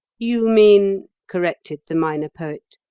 you mean, corrected the minor poet,